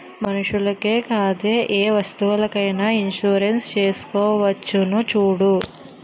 మనుషులకే కాదే ఏ వస్తువులకైన ఇన్సురెన్సు చేసుకోవచ్చును చూడూ